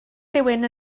rhywun